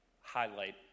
highlight